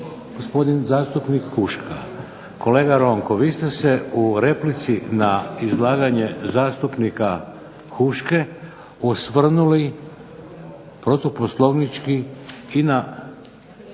imao zastupnik Huška. Kolega Ronko, vi ste se u replici na izlaganje zastupnika Huške osvrnuli protuposlovnički i na